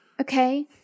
Okay